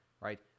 right